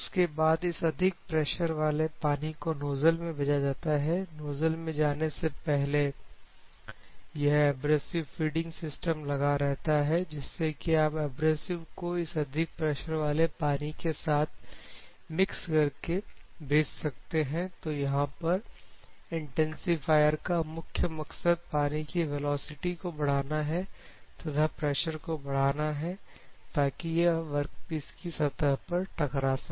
उसके बाद इस अधिक प्रेशर वाले पानी को नोजल में भेजा जाता है नोजल में जाने से पहले यह क्या एब्रेसिव फीडिंग सिस्टम लगा रहता है जिससे कि आप एब्रेसिव को इस अधिक प्रेशर वाली वाले पानी के साथ मिक्स करके भेज सकते हैं तो यहां पर इंटेंसिफायर का मुख्य मकसद पानी की वेलोसिटी को बढ़ाना है तथा प्रेशर को बढ़ाना है ताकि यह वर्कपीस की सतह पर टकरा सके